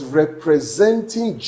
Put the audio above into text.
representing